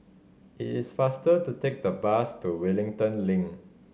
is faster to take the bus to Wellington Link